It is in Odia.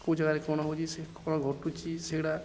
କୋଉ ଜାଗାରେ କ'ଣ ହେଉଛି ସେ କ'ଣ ଘଟୁଛି ସେଗୁଡ଼ା